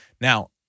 Now